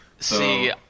See